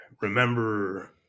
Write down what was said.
remember